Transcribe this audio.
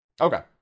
Okay